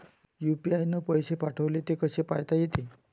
UPI न पैसे पाठवले, ते कसे पायता येते?